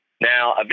Now